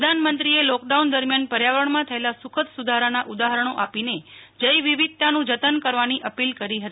પ્રધાનમંત્રીએ લોકડાઉન દરમ્યાન પર્યાવરણમાં થયેલા સુખદ સુધારાના ઉદાહરણો આપીને જૈવ વિવિધતાનું જતન કરવાની અપીલ કરી હતી